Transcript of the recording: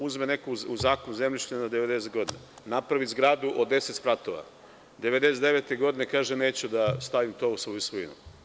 Uzme neko u zakup zemljište na 99 godina, napravi zgradu od 10 spratova i 99 godine kaže – neću da stavim to u svoju svojinu.